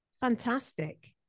fantastic